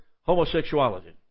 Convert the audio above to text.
homosexuality